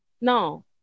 No